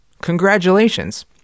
Congratulations